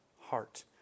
heart